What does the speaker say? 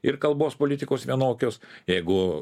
ir kalbos politikos vienokios jeigu